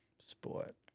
Sport